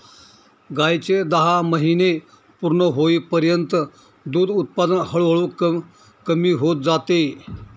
गायीचे दहा महिने पूर्ण होईपर्यंत दूध उत्पादन हळूहळू कमी होत जाते